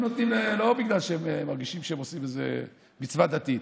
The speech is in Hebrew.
הם נותנים לא בגלל שהם מרגישים שהם עושים איזו מצווה דתית.